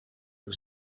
was